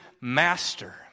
master